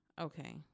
okay